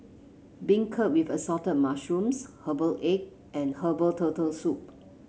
beancurd with Assorted Mushrooms Herbal Egg and Herbal Turtle Soup